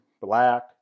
Black